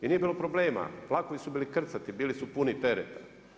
I nije bilo problema, vlakovi su bili krcati, bili su puni tereta.